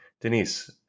Denise